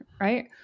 right